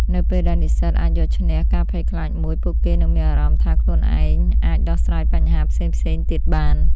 នៅពេលដែលនិស្សិតអាចយកឈ្នះការភ័យខ្លាចមួយ ពួកគេនឹងមានអារម្មណ៍ថាខ្លួនឯងអាចដោះស្រាយបញ្ហាផ្សេងៗទៀតបាន។